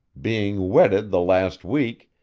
being wedded the last week,